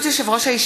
עשרה בעד.